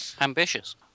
Ambitious